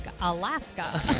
Alaska